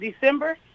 December